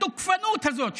התוקפנות הזאת,